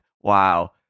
Wow